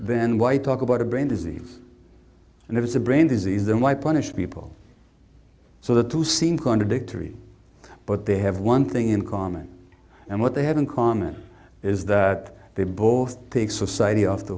then why talk about a brain disease and if it's a brain disease then why punish people so the two seem contradictory but they have one thing in common and what they have in common is that they both take society off the